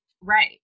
Right